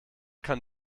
kann